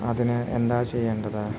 അതിന് എന്താ ചെയ്യേണ്ടത്